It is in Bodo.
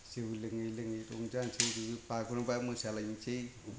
जौ लोङै लोङै रंजानोसै ओरैनो बागुरुम्बा मोसालायनोसै